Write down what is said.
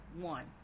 one